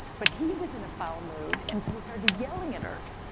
but he was in a foul mood and so he started yelling at her.